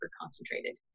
concentrated